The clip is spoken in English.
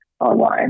online